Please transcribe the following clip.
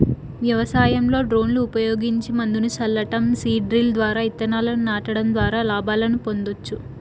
వ్యవసాయంలో డ్రోన్లు ఉపయోగించి మందును సల్లటం, సీడ్ డ్రిల్ ద్వారా ఇత్తనాలను నాటడం ద్వారా లాభాలను పొందొచ్చు